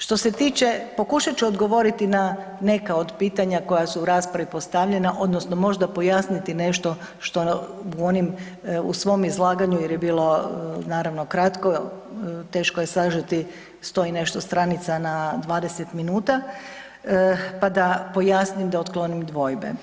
Što se tiče, pokušati ću odgovoriti na neka od pitanja koja su u raspravi postavljena odnosno možda pojasniti nešto u onim, u svom izlaganju jer je bilo naravno kratko, teško je sažeti 100 i nešto stranica na 20 minuta, pa da pojasnim da otklonim dvojbe.